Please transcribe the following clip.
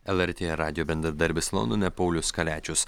lrt radijo bendradarbis londone paulius kaliačius